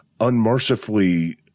unmercifully